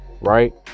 right